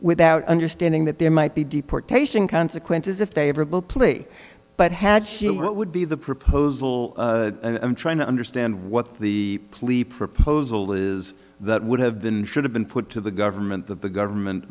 without understanding that there might be deportation consequences if they ever play but had she what would be the proposal i'm trying to understand what the plea proposal is that would have been should have been put to the government that the government